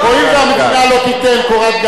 הואיל והמדינה לא תיתן קורת-גג,